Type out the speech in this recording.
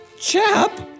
Chap